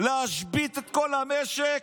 להשבית את כל המשק.